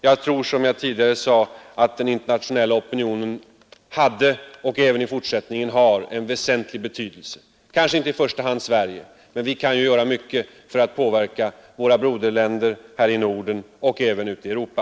Jag tror, som jag tidigare sade, att den internationella opinionen haft och även i fortsättningen har väsentlig betydelse; kanske inte i första hand opinionen i Sverige, men vi kan ändå göra mycket för att påverka både våra broderländer här i Norden och länderna ute i Europa.